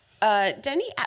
Denny